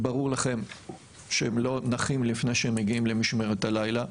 וברור לכם שהם לא נחים לפני שהם מגיעים למשמרת הלילה,